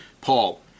Paul